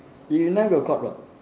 got caught [what]